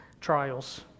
trials